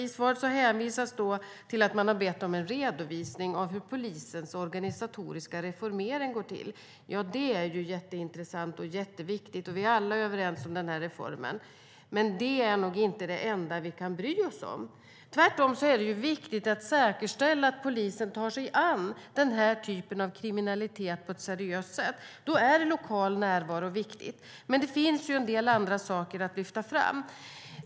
I svaret hänvisas det till att man har bett om en redovisning av hur polisens organisatoriska reformering går till. Ja, det är jätteintressant och jätteviktigt - vi är alla överens om den reformen - men det är nog inte det enda vi kan bry oss om. Tvärtom är det viktigt att säkerställa att polisen tar sig an den här typen av kriminalitet på ett seriöst sätt. Då är lokal närvaro viktig, men det finns en del andra saker att lyfta fram.